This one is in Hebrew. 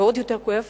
ועוד יותר כואב